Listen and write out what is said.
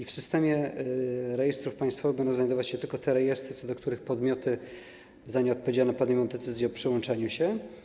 W systemie rejestrów państwowych będą znajdować się tylko te rejestry, co do których podmioty za nie odpowiedzialne podejmą decyzję o przyłączeniu się.